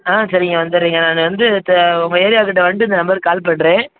ஆ சரிங்க வந்துடறேங்க நான் வந்து த உங்கள் ஏரியாக்கிட்ட வந்துட்டு இந்த நம்பருக்குக் கால் பண்ணுறேன்